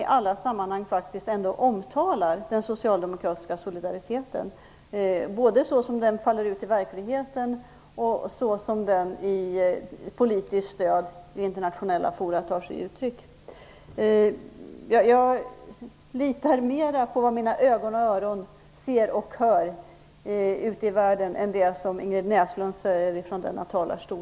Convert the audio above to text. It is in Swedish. I alla sammanhang omtalar man faktiskt den socialdemokratiska solidariteten, både som den ter sig i verkligheten och som den tar sig uttryck genom politiskt stöd vid internationella forum. Jag litar mera på vad mina ögon och öron ser och hör ute i världen än jag litar på det som Ingrid Näslund säger från denna talarstol.